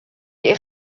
est